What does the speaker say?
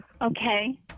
Okay